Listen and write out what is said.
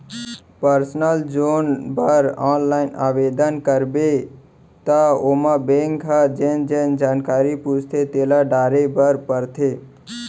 personal loan बर online आबेदन करबे त ओमा बेंक ह जेन जेन जानकारी पूछथे तेला डारे बर परथे